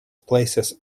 places